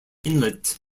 inlet